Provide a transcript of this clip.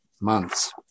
months